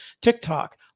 TikTok